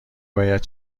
باید